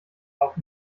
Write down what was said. auch